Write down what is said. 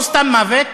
ולא סתם מוות,